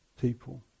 people